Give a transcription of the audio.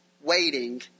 waiting